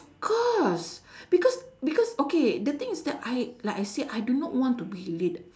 course because because okay the thing is that I like I said I do not want to be late